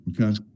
Okay